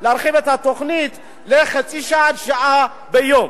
להרחיב את התוכנית לחצי שעה עד שעה ביום.